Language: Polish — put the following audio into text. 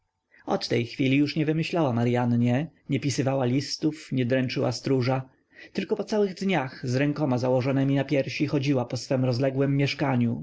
od tej chwili już nie wymyślała maryannie nie pisywała listów nie dręczyła stróża tylko po całych dniach z rękoma założonemi na piersi chodziła po swem rozległem mieszkaniu